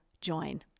join